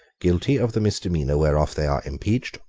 guilty of the misdemeanour whereof they are impeached,